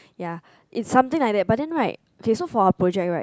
ya is something like that but then right okay so for a project right